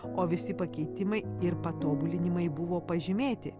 o visi pakeitimai ir patobulinimai buvo pažymėti